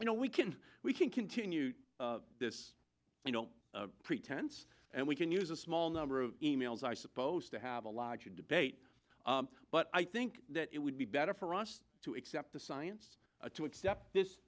we can we can continue this you know pretense and we can use a small number of emails i suppose to have a larger debate but i think that it would be better for us to accept the science to accept this